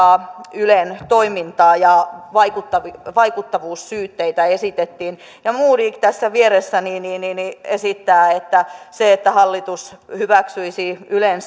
ylen toimintaa ja vaikuttamissyytteitä esitettiin ja modig tässä vieressäni esittää että se että hallintoneuvosto hyväksyisi ylen